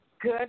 good